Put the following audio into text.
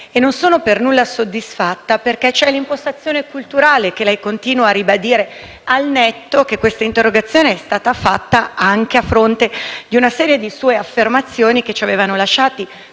non sono per nulla soddisfatta, perché c'è un'impostazione culturale che lei continua a ribadire, al netto del fatto che questa interrogazione è stata fatta anche a fronte di una serie di sue affermazioni che ci avevano lasciati